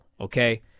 okay